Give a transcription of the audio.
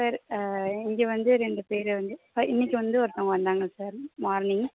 sir இங்கே வந்து ரெண்டு பேர் வந்து இன்னைக்கு வந்து ஒருத்தங்க வந்தாங்க சார் மார்னிங்